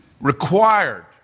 required